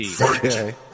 Okay